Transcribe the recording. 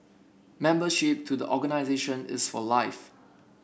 membership to the organisation is for life